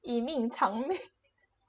yi ming chang